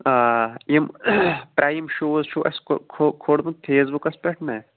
آ یِم ٹایِم شوٗز چھُو اَسہِ کھوٗلمُت فیس بُکَس پٮ۪ٹھ نہ